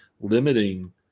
limiting